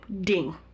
ding